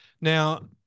Now